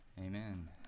Amen